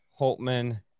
Holtman